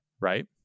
right